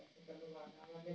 अपन यु.पी.आई कैसे देखबै?